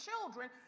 children